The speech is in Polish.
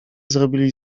zrobili